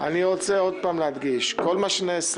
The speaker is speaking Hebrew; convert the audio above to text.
אני רוצה עוד פעם להדגיש: כל מה שנעשה